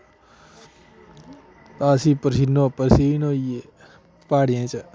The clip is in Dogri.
असी परसीनो परसीन होइये प्हाड़ियें च